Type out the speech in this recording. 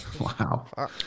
Wow